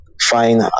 fine